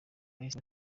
bahise